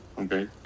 Okay